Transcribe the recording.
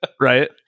right